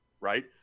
right